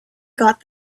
got